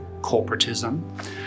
corporatism